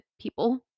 people